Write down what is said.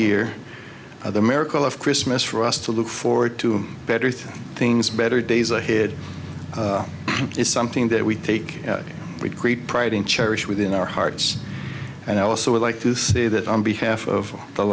year of the miracle of christmas for us to look forward to better three things better days ahead is something that we take great pride in cherish within our hearts and also like to see that on behalf of the